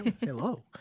Hello